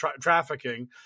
trafficking